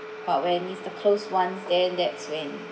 but when is the close ones then that's when